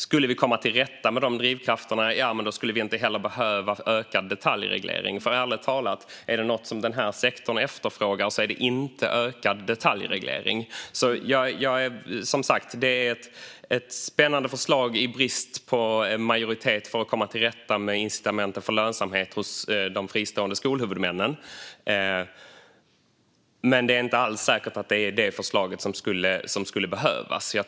Skulle vi komma till rätta med de drivkrafterna skulle vi inte heller behöva en ökad detaljreglering, för ärligt talat, om det är något som den här sektorn inte efterfrågar så är det ökad detaljreglering. Det här är som sagt ett spännande förslag i brist på en majoritet för att komma till rätta med incitamenten för lönsamhet hos de fristående skolhuvudmännen, men det är inte alls säkert att det är det förslaget som skulle behövas.